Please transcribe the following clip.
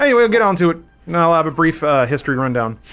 ah we'll get onto it, and i'll have a brief history rundown